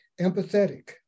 empathetic